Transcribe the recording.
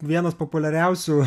vienas populiariausių